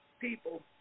People